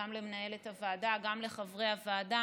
וגם למנהלת הוועדה גם לחברי הוועדה.